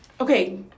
Okay